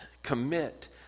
commit